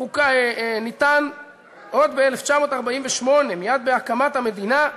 ניתן עוד ב-1948, מייד בהקמת המדינה: